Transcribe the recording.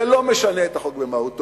זה לא משנה את החוק במהותו,